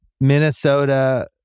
Minnesota